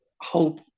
hope